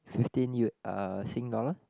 fifteen U uh sing dollar